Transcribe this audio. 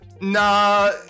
nah